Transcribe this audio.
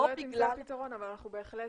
לא בגלל --- לא יודעת אם זה הפתרון אבל אנחנו בהחלט